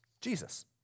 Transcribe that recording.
Jesus